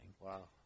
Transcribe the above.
Wow